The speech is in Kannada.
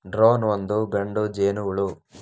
ಡ್ರೋನ್ ಒಂದು ಗಂಡು ಜೇನುಹುಳು